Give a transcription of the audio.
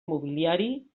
mobiliari